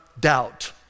doubt